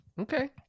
okay